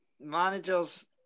Managers